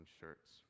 shirts